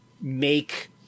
make